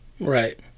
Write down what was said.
Right